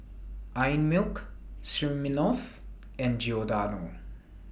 Einmilk Smirnoff and Giordano